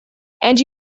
and